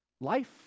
Life